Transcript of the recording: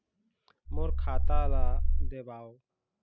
मोर खाता ला देवाव?